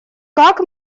как